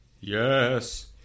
Yes